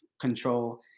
control